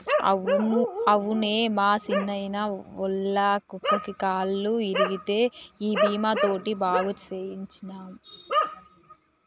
అవునే మా సిన్నాయిన, ఒళ్ళ కుక్కకి కాలు ఇరిగితే ఈ బీమా తోటి బాగు సేయించ్చినం